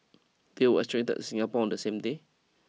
they were extradited to Singapore on the same day